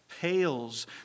pales